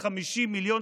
מסיים, אדוני